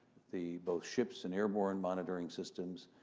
the both ships and airborne monitoring systems,